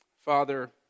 Father